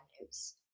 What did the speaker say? news